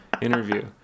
Interview